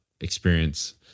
experience